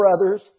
brothers